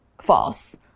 false